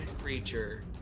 creature